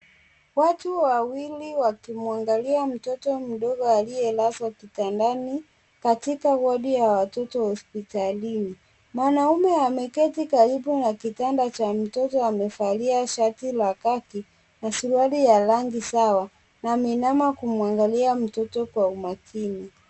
Watu wawili wakimwangalia mtoto mdogo aliye lazwa kitandani katika wadi ya watoto hospitalini. Mwanaume ameketi karibu na kitanda cha mtoto amevalia shati la kaki na suruali la rangi sawa na ameinama kumwangalia mtoto kwa umakini.